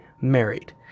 married